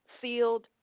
sealed